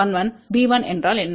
b1என்றால் என்ன